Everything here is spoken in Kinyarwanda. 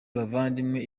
bavandimwe